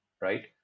right